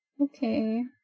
Okay